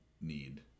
need